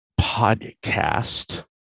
podcast